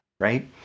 right